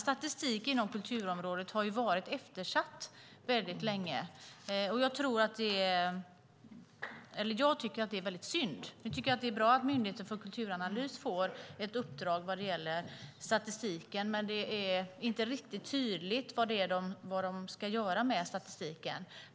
Statistiken inom kulturområdet har varit eftersatt länge. Det är synd. Det är bra att Myndigheten för kulturanalys nu får ett uppdrag när det gäller statistiken. Men det är inte riktigt tydligt vad myndigheten ska göra med statistiken.